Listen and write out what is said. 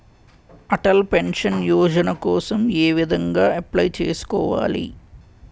Atal pension Yojana కోసం ఏ విధంగా అప్లయ్ చేసుకోవాలి?